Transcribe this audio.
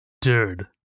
Dude